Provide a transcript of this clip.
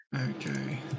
Okay